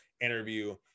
interview